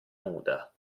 nuda